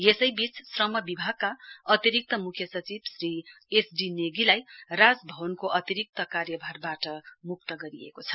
यसैबीच श्रम विभागका अतिरिक्त मुख्य सचिव श्री एसडी नेगीलाई राज भवनको अतिरिक्त कार्यभारबाट म्क्त गरिएको छ